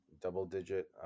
double-digit